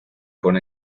con